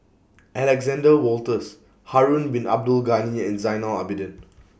Alexander Wolters Harun Bin Abdul Ghani and Zainal Abidin